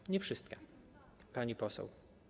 Ale nie wszystkie, pani poseł.